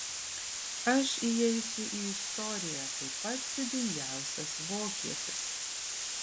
aš įeisiu į istoriją kaip pats didingiausias vokietis